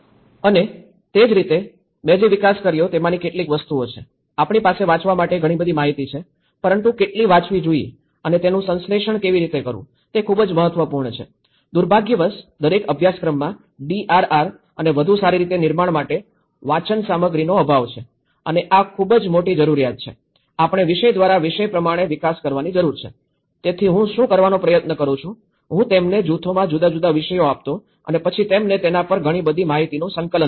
અને તે જ રીતે મેં જે વિકાસ કર્યો તેમાંની કેટલીક વસ્તુઓ છે આપણી પાસે વાંચવા માટે ઘણી બધી માહિતી છે પરંતુ કેટલી વાંચવી જોઈએ અને તેનું સંશ્લેષણ કેવી રીતે કરવું તે ખૂબ જ મહત્વપૂર્ણ છે દુર્ભાગ્યવશ દરેક અભ્યાસક્રમમાં ડીઆરઆર અને વધુ સારી રીતે નિર્માણ માટે વાંચન સામગ્રીનો અભાવ છે અને આ ખૂબ જ મોટી જરૂરિયાત છે આપણે વિષય દ્વારા વિષય પ્રમાણે વિકાસ કરવાની જરૂર છે તેથી હું શું કરવાનો પ્રયત્ન કરું છું હું તેમને જૂથોમાં જુદા જુદા વિષયો આપતો અને પછી તેમને તેના પર ઘણી બધી માહિતીનું સંકલન કરવા દેતો